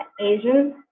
Asian